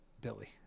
Billy